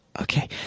okay